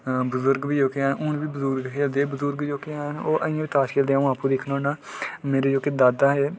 बजुर्ग बी जोह्के हैन हून बी ते बजुर्ग जोह्के हैन ओह् अजें बी ताश खेढ़दे अ'ऊं आपूं दिक्खना होन्ना मेरे जोह्के दादा हे